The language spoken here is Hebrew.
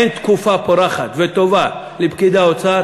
אין תקופה פורחת וטובה לפקידי האוצר